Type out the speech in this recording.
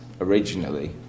originally